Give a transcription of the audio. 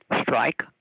Strike